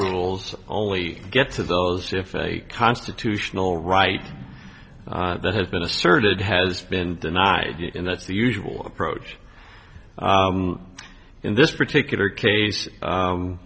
rules only get to those if a constitutional right that has been asserted has been denied it and that's the usual approach in this particular case